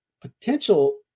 potential